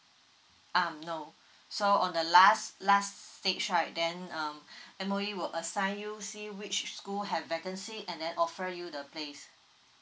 um no so on the last last stage right then um M_O_E will assign you see which school have vacancy and then offer you the place